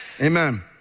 Amen